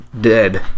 dead